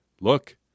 Look